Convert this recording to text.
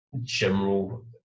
general